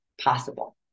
possible